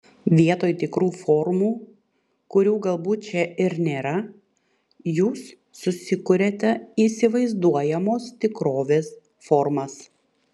vietoj tikrų formų kurių galbūt čia ir nėra jūs susikuriate įsivaizduojamos tikrovės formas